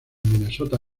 minnesota